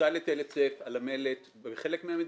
הוטל היטל היצף על המלט בחלק מהמדינות,